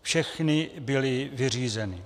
Všechny byly vyřízeny.